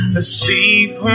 asleep